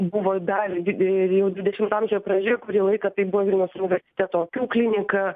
buvo dar jau dvidešimto amžiaus pradžioje kurį laiką taip buvo vilniaus universiteto akių klinika